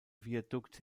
viadukt